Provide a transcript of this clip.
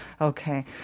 Okay